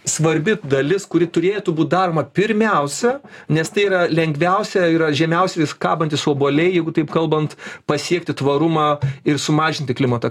svarbi dalis kuri turėtų būt daroma pirmiausia nes tai yra lengviausia yra žemiausiai kabantys obuoliai jeigu taip kalbant pasiekti tvarumą ir sumažinti klimato